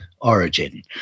origin